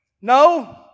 No